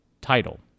title